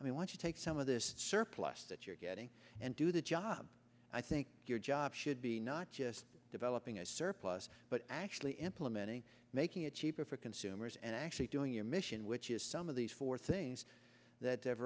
to take some of this surplus that you're getting and do the job i think your job should be not just developing a surplus but actually implementing making it cheaper for consumers and actually doing your mission which is some of these four things that